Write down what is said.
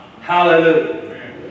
Hallelujah